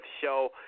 show